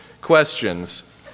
questions